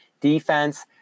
defense